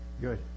good